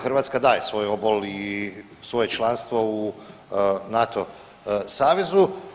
Hrvatska daje svoj obol i svoje članstvo u NATO savezu.